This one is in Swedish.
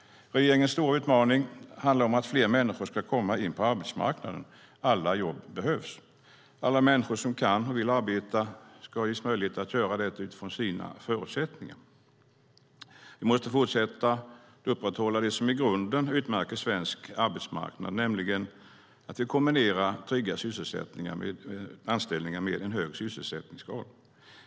Regeringens stora utmaning handlar om att fler människor ska komma in på arbetsmarknaden. Alla jobb behövs. Alla människor som kan och vill arbeta ska ges möjlighet att göra det utifrån sina förutsättningar. Vi måste fortsätta att upprätthålla det som i grunden utmärker svensk arbetsmarknad, nämligen att vi kombinerar trygga anställningar med en hög sysselsättningsgrad.